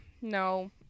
No